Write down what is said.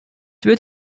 wird